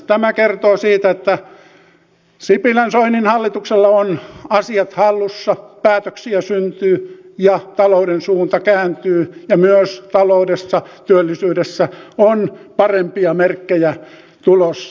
tämä kertoo siitä että sipilänsoinin hallituksella ovat asiat hallussa päätöksiä syntyy ja talouden suunta kääntyy ja myös taloudessa työllisyydessä on parempia merkkejä tulossa